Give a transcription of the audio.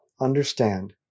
understand